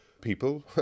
people